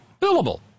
Billable